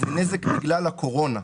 זה נזק בגלל הקורונה.